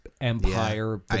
empire